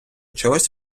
чогось